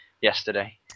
yesterday